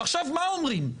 ועכשיו מה אומרים?